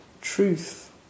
truth